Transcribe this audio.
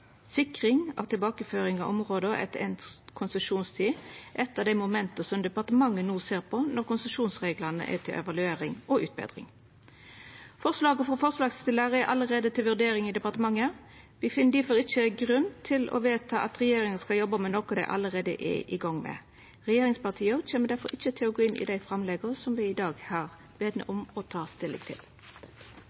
Sikring av tilbakeføring av områda etter enda konsesjonstid er eitt av dei momenta departementet no ser på når konsesjonsreglane er til evaluering og utbetring. Forslaga frå forslagsstillarane er allereie til vurdering i departementet. Me finn difor ikkje grunn til å vedta at regjeringa skal jobba med noko dei allereie er i gang med. Regjeringspartia kjem difor ikkje til å gå inn i dei framlegga som me i dag er bedne om å ta stilling til.